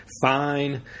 fine